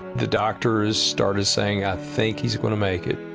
the doctors started saying, i think he is going to make it.